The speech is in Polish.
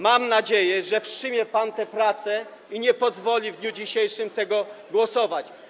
Mam nadzieję, że wstrzyma pan te prace i nie pozwoli w dniu dzisiejszym nad tym głosować.